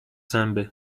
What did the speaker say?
zęby